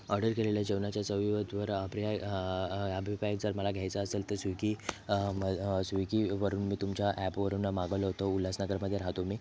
order केलेल्या जेवणाच्या चवीवर अभिप्राय जर मला घ्यायचा असेल तर स्वीगी मग स्वीगीवरून मी तुमच्या ॲपवरून मागवलं होतं उल्हासनगरमध्ये राहातो मी